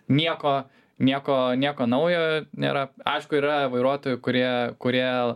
nieko nieko nieko naujo nėra aišku yra vairuotojų kurie kurie